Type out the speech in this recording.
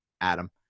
Adam